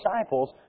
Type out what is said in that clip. disciples